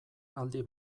aldi